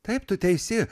taip tu teisi